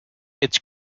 its